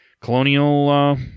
Colonial